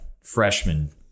freshman